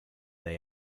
they